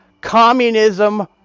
communism